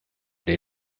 den